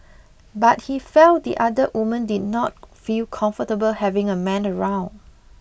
but he felt the other women did not feel comfortable having a man around